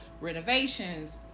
renovations